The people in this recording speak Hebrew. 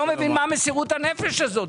אני לא מבין מה מסירות הנפש הזאת.